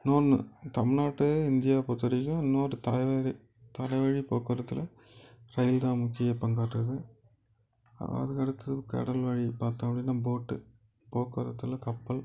இன்னொன்னு தமிழ்நாட்டு இந்தியாவை பொறுத்த வரைக்கும் இன்னொரு தரைவழி தரைவழி போக்குவரத்தில் ரயில் தான் முக்கிய பங்காற்றுது அதுக்கு அடுத்து கடல்வழி பார்த்தோம் அப்படின்னா போட்டு போக்குவரத்தில் கப்பல்